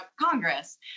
Congress